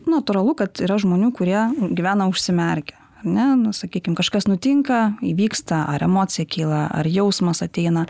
natūralu kad yra žmonių kurie gyvena užsimerkę ane nu sakykim kažkas nutinka įvyksta ar emocija kyla ar jausmas ateina